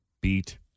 beat